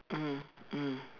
mm mm